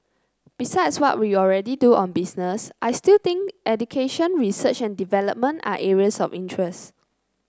besides what we already do on business I still think education research and development are areas of interest